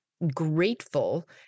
grateful